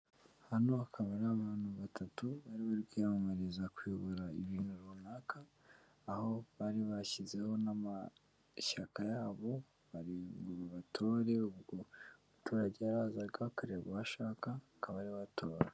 Hano hakaba ari abantu batatu, bari bari kwiyamamariza kuyobora ibintu runaka, aho bari bashyizeho n'amashyaka yabo, ngo babatore, ubwo umuturage yarazaga akareba uwo ashaka, akaba ari we atora.